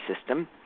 system